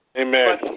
Amen